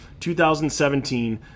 2017